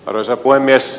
arvoisa puhemies